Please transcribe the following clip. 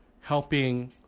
helping